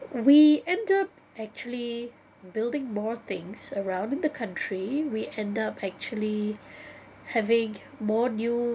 we end up actually building more things around the country we end up actually having more new